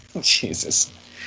Jesus